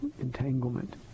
entanglement